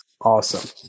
Awesome